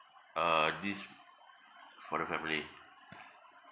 uh this for the family